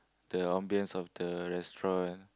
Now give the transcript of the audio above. the ambience of the restaurant